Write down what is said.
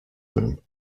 room